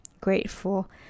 grateful